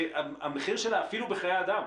שהמחיר שלה אפילו בחיי אדם